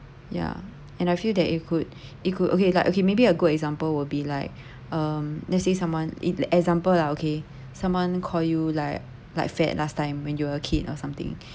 ya and I feel that it could it could okay like okay maybe a good example will be like um let's say someone it example lah okay someone call you like like fat last time when you a kid or something